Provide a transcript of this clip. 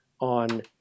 on